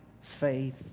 faith